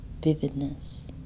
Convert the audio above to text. vividness